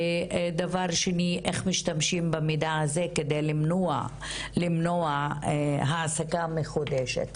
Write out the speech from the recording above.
ודבר שני איך משתמשים במידע הזה כדי למנוע העסקה מחודשת.